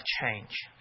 change